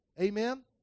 Amen